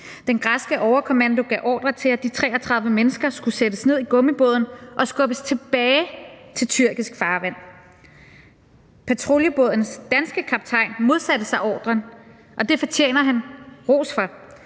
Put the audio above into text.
Den græske overkommando gav ordre til, at de 33 mennesker skulle sættes ned i gummibåden og skubbes tilbage til tyrkisk farvand. Patruljebådens danske kaptajn modsatte sig ordren, og det fortjener han ros for.